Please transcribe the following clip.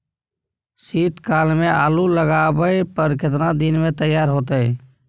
शीत काल में आलू लगाबय पर केतना दीन में तैयार होतै?